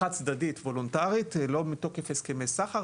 חד צדדית, וולונטרית, לא מתוקף הסכמי סחר.